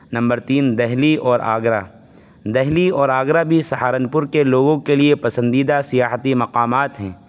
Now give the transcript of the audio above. number تین دہلی اور آگرہ دہلی اور آگرہ بھی سہارنپور کے لوگوں کے لیے پسندیدہ سیاحتی مقامات ہیں